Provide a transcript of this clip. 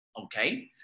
Okay